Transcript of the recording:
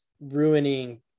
ruining